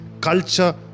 Culture